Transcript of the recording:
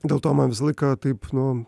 dėl to man visą laiką taip nu